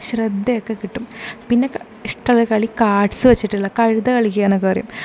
ശ്രദ്ധയൊക്ക കിട്ടും പിന്നെ ഇഷ്ട്ടം ഉള്ളകളി കാർഡ്സ് വച്ചിട്ടുള്ള കഴുത കളിക്കാന്നൊക്കെ പറയും